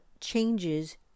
changes